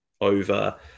over